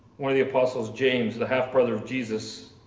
one of the apostles, james, the half brother of jesus,